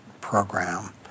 program